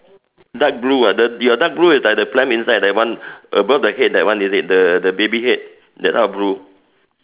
dark blue ah the your dark blue is like the pram inside that one above the head that one is it the the baby head that type of blue